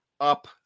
up